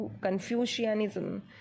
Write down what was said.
Confucianism